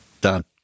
Done